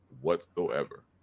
whatsoever